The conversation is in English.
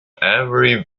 every